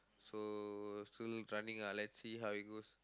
so still running lah let's see how it goes